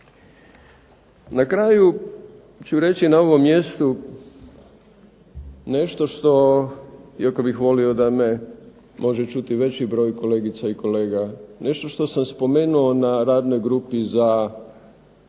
Na kraju ću reći na ovom mjestu nešto što, iako bih volio da me može čuti veći broj kolegica i kolega, nešto što sam spomenuo na radnoj grupi za izradu